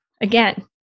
again